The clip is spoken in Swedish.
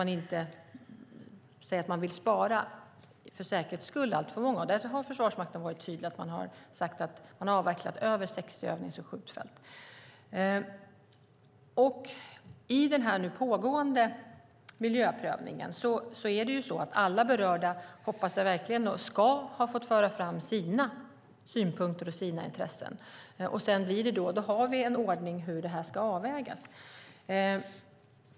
Man säger således att man inte för säkerhets skull vill spara alltför många, och därför har man varit tydlig med att säga att man avvecklat fler än 60 övnings och skjutfält. När det gäller den nu pågående miljöprövningen hoppas jag verkligen att alla berörda parter har fått föra fram sina synpunkter och intressen. Sedan har vi en ordning för hur det hela ska avvägas.